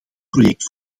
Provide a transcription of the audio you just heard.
project